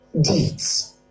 deeds